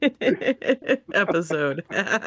episode